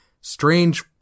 Strange